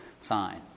sign